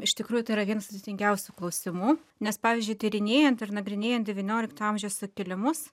iš tikrųjų tai yra vienas sudėtingiausių klausimų nes pavyzdžiui tyrinėjant ir nagrinėjant devyniolikto amžiaus sukilimus